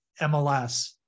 MLS